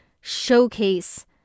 showcase